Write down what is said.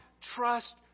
trust